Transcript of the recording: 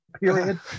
period